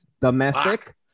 domestic